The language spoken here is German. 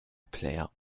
player